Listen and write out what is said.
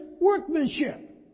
workmanship